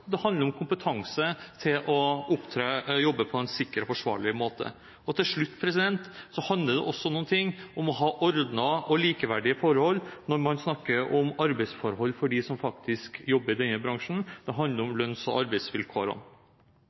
det handler om kompetanse til å jobbe på en sikker og forsvarlig måte. Til slutt handler det om å ha ordnede og likeverdige forhold når man snakker om arbeidsforhold for dem som faktisk jobber i denne bransjen: Det handler om lønns- og arbeidsvilkår.